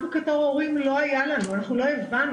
לנו בתור הורים לא היה את זה, אנחנו לא הבנו,